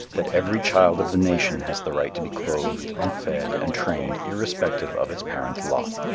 that every child of the nation has the right to be clothed and fed and trained irrespective of its parents' lot.